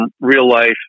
real-life